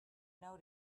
know